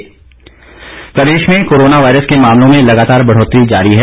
corona update प्रदेश में corona virus के मामलों में लगातार बढ़ोतरी जारी है